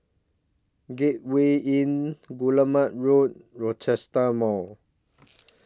Gateway Inn Guillemard Road and Rochester Mall